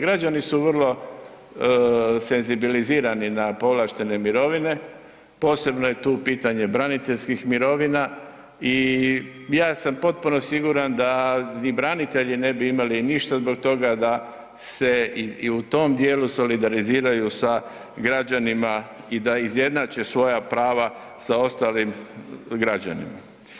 Građani su vrlo senzibilizirani na povlaštene mirovine, posebno je tu pitanje braniteljskih mirovina i ja sam potpuno siguran da i branitelji ne bi imali ništa zbog toga da se i u tom dijelu solidariziraju sa građanima i da izjednače svoja prava sa ostalim građanima.